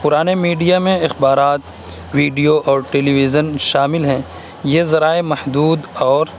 پرانے میڈیا میں اخبارات ویڈیو اور ٹیلی ویژن شامل ہیں یہ ذرائع محدود اور